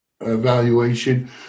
evaluation